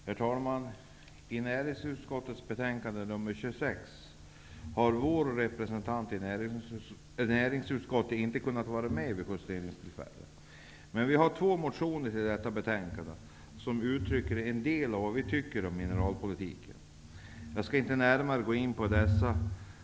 Herr talman! Vid behandlingen av näringsutskottets betänkande 26 har Vänsterpartiets representant inte kunnat vara med vid justeringstillfället. Men vi har avgett två motioner till detta betänkande som uttrycker en del av vad vi tycker om mineralpolitiken. Jag skall inte närmare gå in på dessa.